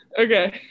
Okay